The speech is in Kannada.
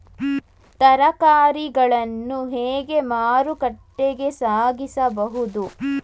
ತರಕಾರಿಗಳನ್ನು ಹೇಗೆ ಮಾರುಕಟ್ಟೆಗೆ ಸಾಗಿಸಬಹುದು?